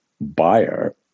buyer